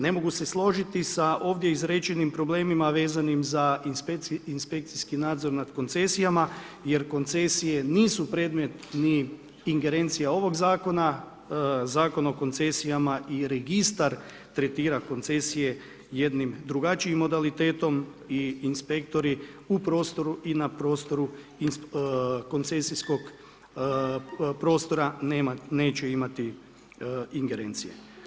Ne mogu se složiti sa ovdje izrečenim problemima vezanim za inspekcijskim nazor nad koncesijama jer koncesije nisu predmet ni ingerencija ovog zakona, Zakon o koncesijama i registar tretira koncesije jednim drugačijim modalitetom i inspektoru u prostoru i na prostoru koncesijskog prostora neće imati ingerencije.